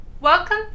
Welcome